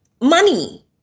money